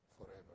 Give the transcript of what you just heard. forever